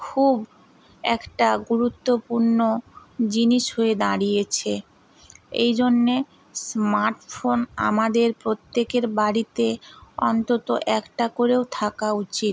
খুব একটা গুরুত্বপূর্ণ জিনিস হয়ে দাঁড়িয়েছে এই জন্যে স্মার্ট ফোন আমাদের প্রত্যেকের বাড়িতে অন্তত একটা করেও থাকা উচিত